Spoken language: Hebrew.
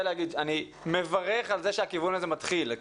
לומר שאני מברך על כך שהכיוון הזה מתחיל.